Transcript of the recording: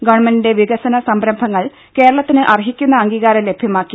ഗവൺമെന്റിന്റെ വികസന സംരംഭങ്ങൾ കേരളത്തിന് അർഹിക്കുന്ന അംഗീകാരം ലഭ്യമാക്കി